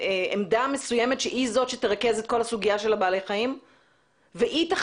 עמדה מסוימת שתרכז את כל סוגיית בעלי החיים והיא זו